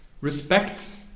respect